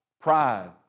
pride